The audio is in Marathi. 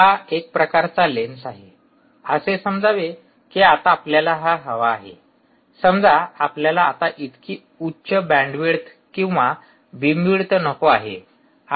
तर हा एक प्रकारचा लेंस आहे असे समजावे की आता आपल्याला हा हवा आहे समजा आपल्याला आता इतकी उच्च बँडविड्थ किंवा बीम विड्थ नको आहे